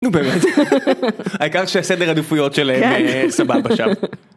נו באמת, העיקר שהסדר העדפויות שלהם זה סבבה שם.